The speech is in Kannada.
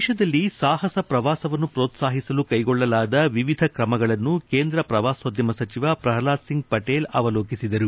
ದೇಶದಲ್ಲಿ ಸಾಹಸ ಪ್ರವಾಸವನ್ನು ಪ್ರೋತ್ಸಾಹಿಸಲು ಕೈಗೊಳ್ಳಲಾದ ವಿವಿಧ ಕ್ರಮಗಳನ್ನು ಕೇಂದ್ರ ಪ್ರವಾಸೋದ್ಯಮ ಸಚಿವ ಪ್ರಹ್ನಾದ್ ಸಿಂಗ್ ಪಟೇಲ್ ಅವಲೋಕಿಸಿದರು